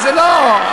זה לא,